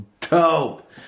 dope